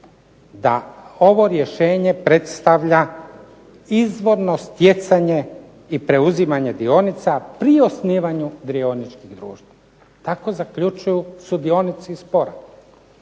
da ovo rješenje predstavlja izvorno stjecanje i preuzimanje dionica pri osnivanju dioničkog društva. Tako zaključuju sudionici spora